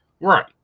Right